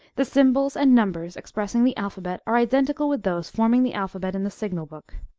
the symbols and numbers expressing the alphabet are identical with those forming the alphabet in the signal book.